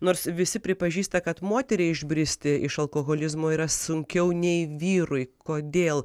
nors visi pripažįsta kad moteriai išbristi iš alkoholizmo yra sunkiau nei vyrui kodėl